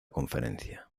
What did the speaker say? conferencia